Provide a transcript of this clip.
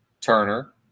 Turner